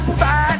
fight